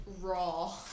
raw